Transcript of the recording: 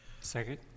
second